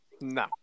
no